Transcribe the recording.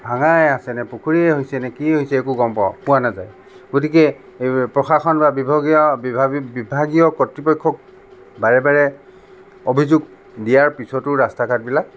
ভঙাই আছে নে পুখুৰীয়েই হৈছে নে কিয়ে হৈছে একো গম পাওঁ পোৱা নাযায় গতিকে প্ৰশাসন বা বিভগীয় বিভাগীয় কৰ্তৃপক্ষক বাৰে বাৰে অভিযোগ দিয়াৰ পিছতো ৰাস্তা ঘাটবিলাক